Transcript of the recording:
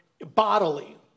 bodily